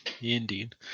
Indeed